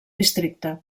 districte